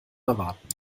erwarten